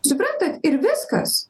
suprantat ir viskas